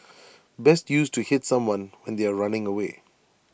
best used to hit someone when they are running away